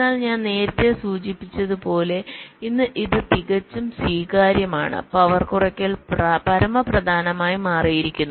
എന്നാൽ ഞാൻ നേരത്തെ സൂചിപ്പിച്ചതുപോലെ ഇന്ന് ഇത് തികച്ചും സ്വീകാര്യമാണ് പവർ കുറയ്ക്കൽ പരമപ്രധാനമായി മാറിയിരിക്കുന്നു